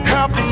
Help